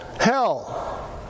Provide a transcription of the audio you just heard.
hell